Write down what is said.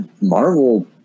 marvel